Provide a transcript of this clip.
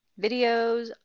videos